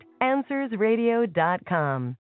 AnswersRadio.com